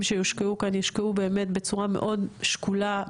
שיושקעו כאן יושקעו באמת בצורה מאוד שקולה,